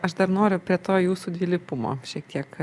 aš dar noriu prie to jūsų dvilypumo šiek tiek